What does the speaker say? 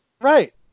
Right